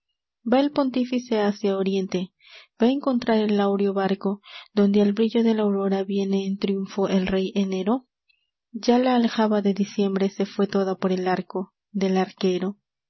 el pontífice hacia oriente va encontrar el áureo barco donde al brillo de la aurora viene en triunfo el rey enero ya la aljaba de diciembre se fué toda por el arco del arquero